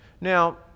Now